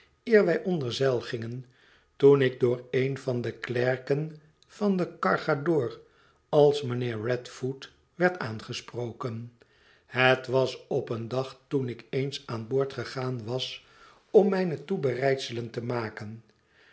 wij onder zeil gingen toen ik door een van de klerken van den cargadoor als mijnheer radfoot werd aangesproken het was op een dag toen ik eens aan boord gegaan was om mijne toebereidselen te maken